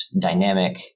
dynamic